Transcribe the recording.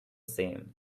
same